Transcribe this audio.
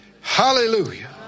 Hallelujah